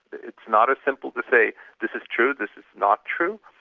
it's not as simple to say this is true, this is not true.